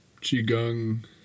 Qigong